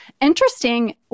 interesting